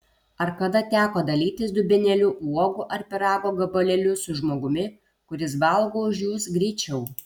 ar kada teko dalytis dubenėliu uogų ar pyrago gabalėliu su žmogumi kuris valgo už jus greičiau